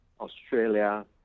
Australia